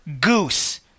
goose